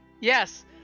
yes